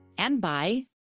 and by.